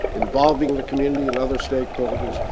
involving the community and other stakeholders,